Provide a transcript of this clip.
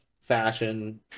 fashion